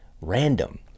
random